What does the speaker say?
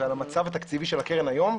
ועל המצב התקציבי של הקרן היום.